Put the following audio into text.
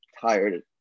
tired